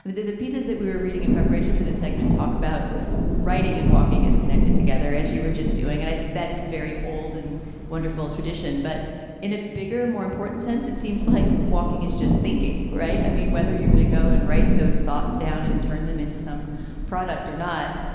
the the pieces that we were reading in preparation for this segment talk about writing and walking is connected together as you were just doing. and i think that is a very old and wonderful tradition. but in a bigger, more important sense, it seems like walking is just thinking, right? i mean, whether you're going to go and write those thoughts down and turn them into some product or not,